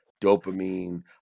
dopamine